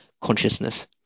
consciousness